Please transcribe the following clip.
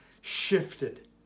shifted